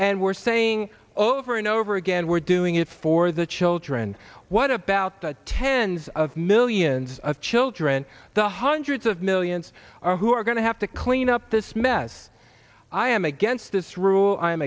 and we're saying over and over again we're doing it for the children what about the tens of millions of children the hundreds of millions who are going to have to clean up this mess i am against this rule i